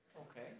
Okay